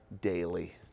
daily